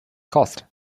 cost